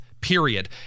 period